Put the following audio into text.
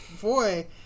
boy